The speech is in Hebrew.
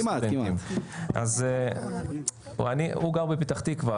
הוא גר בפתח תקווה,